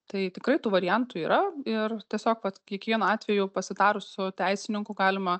tai tikrai tų variantų yra ir tiesiog vat kiekvienu atveju pasitarus su teisininku galima